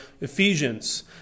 Ephesians